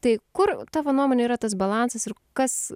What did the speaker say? tai kur tavo nuomone yra tas balansas ir kas